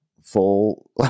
full